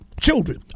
Children